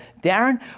Darren